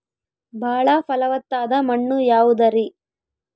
ಬಾಳ ಫಲವತ್ತಾದ ಮಣ್ಣು ಯಾವುದರಿ?